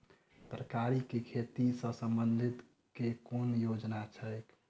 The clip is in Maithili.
तरकारी केँ खेती सऽ संबंधित केँ कुन योजना छैक?